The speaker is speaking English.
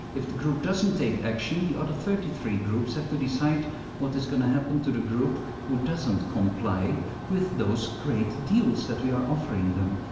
if the group doesn't take action, the other thirty three groups have to decide what is going to happen to the group that doesn't comply with those great deals that we are offering them.